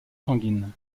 sanguine